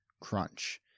Crunch